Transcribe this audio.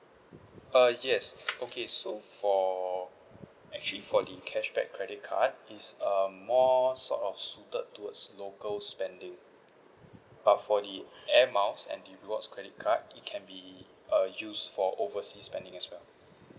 uh yes okay so for actually for the cashback credit card is um more sort of suited towards local spending but for the air miles and the rewards credit card it can be uh used for oversea spending as well